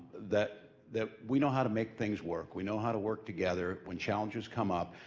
that that we know how to make things work. we know how to work together. when challenges come up,